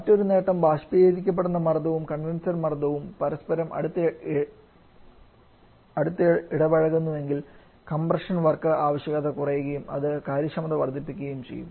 മറ്റൊരു നേട്ടം ബാഷ്പീകരിക്കപ്പെടുന്ന മർദ്ദവും കണ്ടൻസർ മർദ്ദവും പരസ്പരം അടുത്തിടപഴകുന്നുവെങ്കിൽ കംപ്രഷൻ വർക്ക് ആവശ്യകത കുറയുകയും അത് കാര്യക്ഷമത വർദ്ധിപ്പിക്കുകയും ചെയ്യും